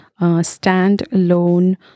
standalone